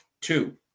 Two